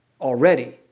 already